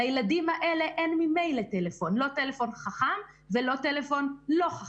לילדים האלה ממילא אין טלפון, לא חכם, ולא לא חכם.